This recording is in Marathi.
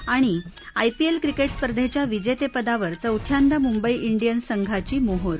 आणि आयपीएल क्रिकेट स्पर्धेच्या विजेतेपदावर चौथ्यांदा मुंबई डियन्स संघाची मोहोर